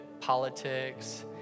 politics